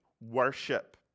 worship